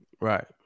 Right